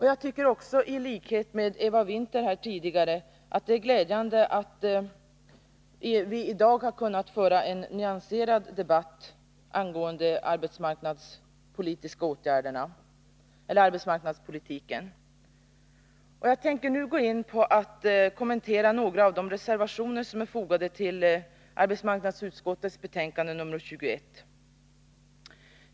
Jag tycker, i likhet med Eva Winther, att det är glädjande att vi i dag kan föra en nyanserad debatt angående arbetsmarknadspolitiken. Jag skall nu gå in på att kommentera några av de reservationer som är fogade till arbetsmarknadsutskottets betänkande 1981/82:21.